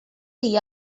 chi